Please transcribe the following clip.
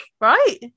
Right